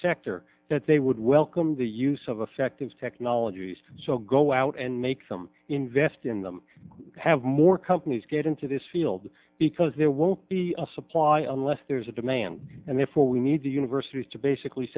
sector that they would welcome the use of effective technologies so go out and make them invest in them have more companies get into this field because there won't be a supply unless there's a demand and therefore we need the universities to basically